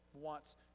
wants